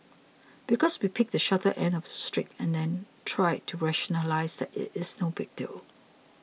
because we picked the shorter end of the stick and then tried to rationalise that it is no big deal